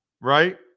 Right